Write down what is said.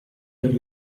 per